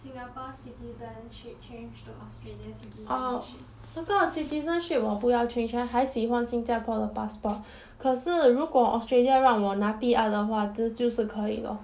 singapore citizenship change to australia citizenship